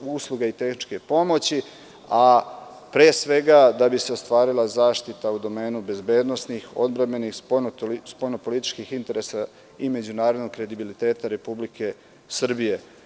usluga i tehničke pomoći, a pre svega da bi se ostvarila zaštita u domenu bezbednosnih, odbrambenih, spoljno-političkih interesa i međunarodnog kredibiliteta Republike Srbije.